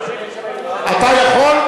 אתה יכול,